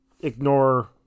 ignore